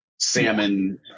salmon